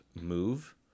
move